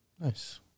Nice